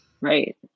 Right